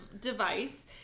device